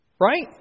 Right